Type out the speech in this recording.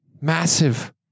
Massive